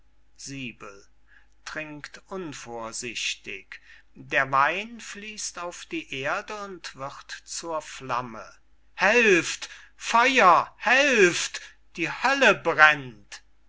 der wein fließt auf die erde und wird zur flamme helft feuer helft die hölle brennt